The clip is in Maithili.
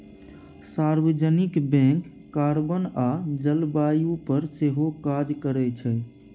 सार्वजनिक बैंक कार्बन आ जलबायु पर सेहो काज करै छै